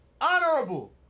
Honorable